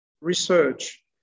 research